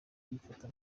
kwifata